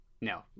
no